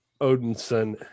odinson